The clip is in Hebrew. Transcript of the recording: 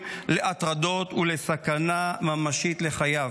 להטרדות ולסכנה ממשית לחייו.